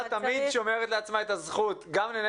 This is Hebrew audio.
הוועדה תמיד שומרת לעצמה את הזכות גם לנהל